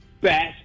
best